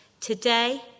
today